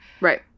Right